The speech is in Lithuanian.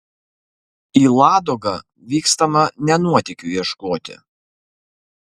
į ladogą vykstama ne nuotykių ieškoti